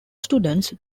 students